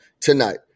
tonight